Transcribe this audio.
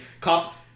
cop